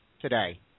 today